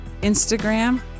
Instagram